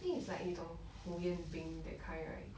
I think it's like 你懂 hu yan bin that kind right